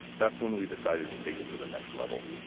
that's when we decided to take it to the next level.